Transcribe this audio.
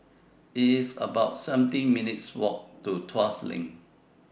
It's about seventeen minutes' Walk to Tuas LINK